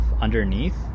underneath